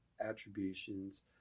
attributions